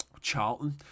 Charlton